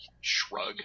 Shrug